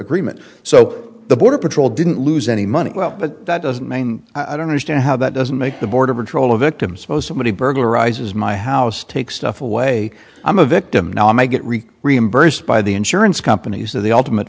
agreement so the border patrol didn't lose any money but that doesn't mean i don't understand how that doesn't make the border patrol a victim suppose somebody burglarizes my house take stuff away i'm a victim now i may get rich reimbursed by the insurance companies so the ultimate